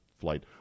flight